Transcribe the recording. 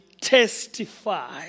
testify